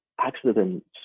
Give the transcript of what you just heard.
accidents